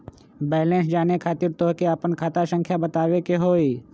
Balance जाने खातिर तोह के आपन खाता संख्या बतावे के होइ?